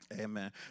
Amen